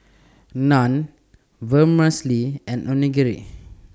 Naan Vermicelli and Onigiri